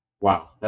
Wow